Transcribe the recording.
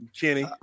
kenny